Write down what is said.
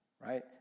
right